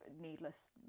needless